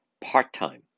part-time